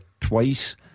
twice